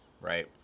right